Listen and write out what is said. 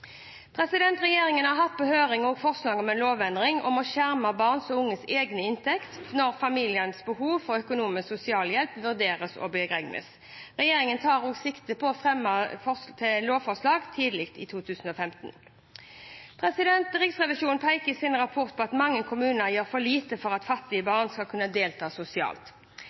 Regjeringen har hatt på høring forslag om en lovendring om å skjerme barns og unges egne inntekter når familiens behov for økonomisk sosialhjelp vurderes og beregnes. Regjeringen tar sikte på å fremme et lovforslag tidlig i 2015. Riksrevisjonen peker i sin rapport på at mange kommuner gjør for lite for at fattige barn skal kunne delta sosialt.